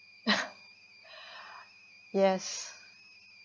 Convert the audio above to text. yes